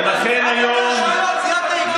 ולכן היום, זיהה את העיקר.